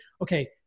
okay